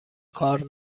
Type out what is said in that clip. کار